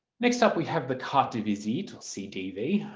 next up we have the carte de visite or cdv,